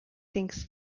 thinks